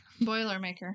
Boilermaker